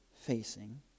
facing